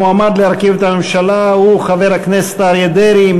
המועמד להרכיב את הממשלה הוא חבר הכנסת אריה דרעי.